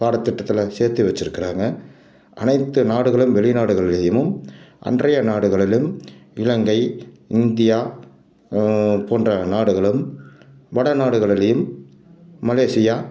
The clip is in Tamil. பாடத்திட்டத்தில் சேர்த்து வச்சுருக்குறாங்க அனைத்து நாடுகளும் வெளிநாடுகளிலும் அன்றைய நாடுகளிலும் இலங்கை இந்தியா போன்ற நாடுகளும் வட நாடுகளிலும் மலேசியா